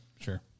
sure